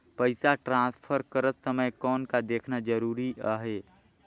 पइसा ट्रांसफर करत समय कौन का देखना ज़रूरी आहे?